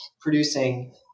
producing